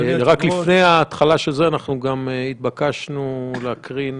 רק לפני התחלה של זה, אנחנו גם התבקשנו להקרין,